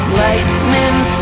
lightning